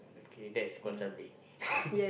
okay that's call child play